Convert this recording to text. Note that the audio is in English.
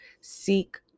seek